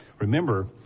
remember